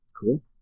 Cool